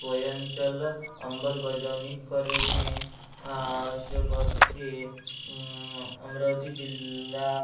स्वयंचल अंमलबजावणी करणे आवश्यक असते अमरावती जिल्हा